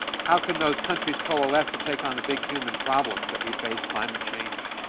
how can those countries coalesce to take on the big human problems that we face climate change,